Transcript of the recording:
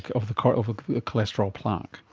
of the sort of ah cholesterol plaque.